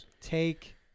Take